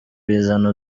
bizana